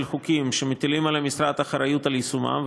חוקים שמטילים על המשרד אחריות ליישומם,